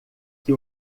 que